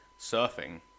surfing